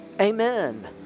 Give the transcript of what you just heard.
Amen